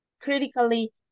critically